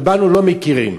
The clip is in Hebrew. ובנו לא מכירים?